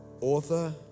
author